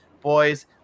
Boys